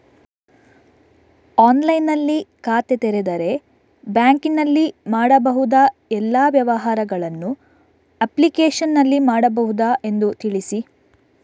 ಆನ್ಲೈನ್ನಲ್ಲಿ ಖಾತೆ ತೆರೆದರೆ ಬ್ಯಾಂಕಿನಲ್ಲಿ ಮಾಡಬಹುದಾ ಎಲ್ಲ ವ್ಯವಹಾರಗಳನ್ನು ಅಪ್ಲಿಕೇಶನ್ನಲ್ಲಿ ಮಾಡಬಹುದಾ ಎಂದು ತಿಳಿಸಿ?